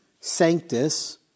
Sanctus